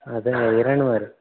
అదే వెయ్యరండి మరి